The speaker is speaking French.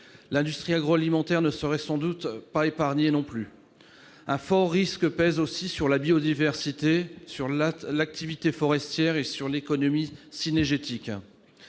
L'industrie agroalimentaire ne serait sans doute pas épargnée non plus. Par ailleurs, un fort risque pèse également sur la biodiversité, l'activité forestière et l'économie cynégétique.